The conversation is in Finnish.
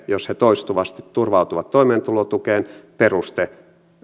jos he toistuvasti turvautuvat toimeentulotukeen peruste